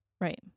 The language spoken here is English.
Right